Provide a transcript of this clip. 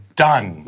done